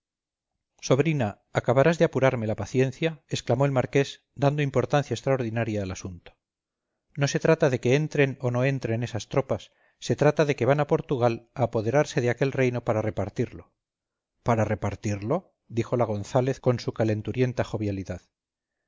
sobrina acabarás de apurarme la paciencia exclamó el marqués dando importancia extraordinaria al asunto no se trata de que entren o no entren esas tropas se trata de que van a portugal a apoderarse de aquel reino para repartirlo para repartirlo dijo la gonzález con su calenturienta jovialidad